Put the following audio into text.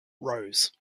rose